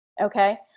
Okay